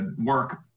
work